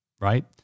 right